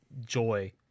joy